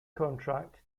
contract